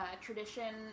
tradition